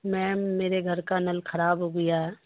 میم میرے گھر کا نل خراب ہو گیا ہے